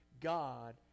god